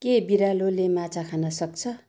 के बिरालोले माछा खान सक्छ